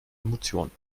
emotion